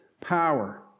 Power